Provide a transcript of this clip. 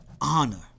Honor